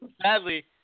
Sadly